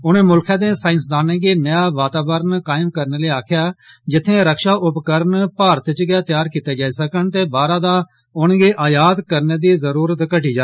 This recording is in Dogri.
उनें मुल्खै दे साईंसदानें गी नेहा वातावरण कायम करने लेई आक्खेआ जित्थै रक्षा उपकरण भारत च गै तैयार कीते जाई सकन ते बाह्रा दा उनेंगी आयात करने दी जरूरत घटी जा